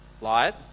light